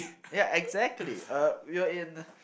yeah exactly uh we're in